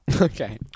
Okay